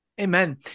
Amen